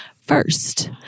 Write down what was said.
first